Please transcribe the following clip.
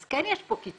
אז כן יש פה קיצוץ.